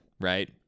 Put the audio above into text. right